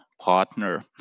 partner